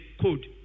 code